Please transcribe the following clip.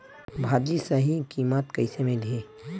भाजी सही कीमत कइसे मिलही?